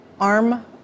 arm